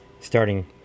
Starting